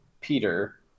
Peter